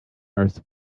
earth